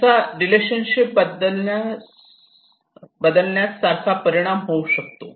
याचा रिलेशनशिप बदलण्यास सारखा परिणाम होऊ शकतो